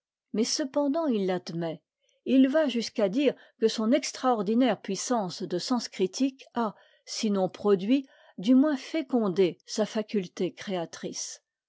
mais cependant il l'admet et il va jusqu'à dire que son extraordinaire puissance de sens critique a sinon produit du moins fécondé sa faculté créatrice